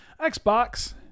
Xbox